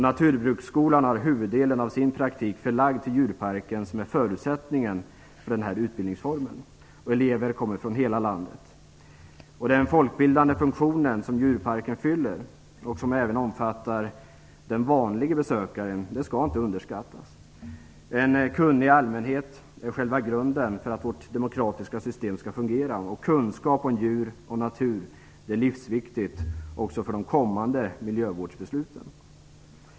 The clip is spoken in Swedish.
Naturbruksskolan har huvuddelen av sin praktik förlagd till djurparken, som är förutsättningen för den här utbildningsformen. Elever kommer från hela landet. Den folkbildande funktion som djurparken fyller och som även omfattar den vanlige besökaren skall inte underskattas. En kunnig allmänhet är själva grunden för att vårt demokratiska system skall fungera. Kunskap om djur och natur är livsviktigt också för de kommande miljövårdsbesluten.